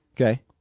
Okay